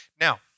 Now